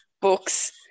books